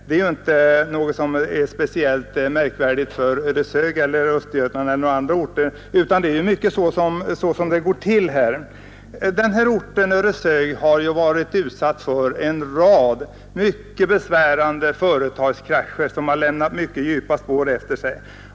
Detta är inte någonting som är speciellt för Ödeshög eller Östergötland, utan så går det till på många håll. Ödeshög har ju varit utsatt för en rad mycket besvärande företags krascher, som har lämnat djupa spår efter sig.